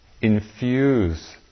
infuse